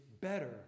better